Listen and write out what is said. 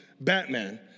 Batman